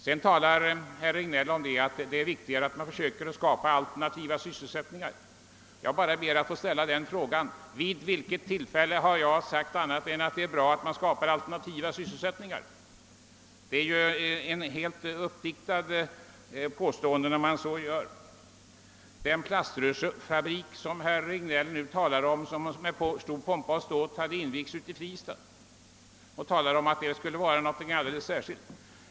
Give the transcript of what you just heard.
Sedan talar herr Regnéll om att det är viktigare att man försöker att skapa alternativa sysselsättningar. Jag ber bara få ställa frågan: Vid vilket tillfälle har jag sagt något annat än att det är bra att man skapar alternativa sysselsättningar? Motsatsen är ett helt uppdiktat påstående. Herr Regnéll talar om en plaströrsfabrik, som under pompa och ståt hade invigts i Fristad och som skulle vara något alldeles särskilt.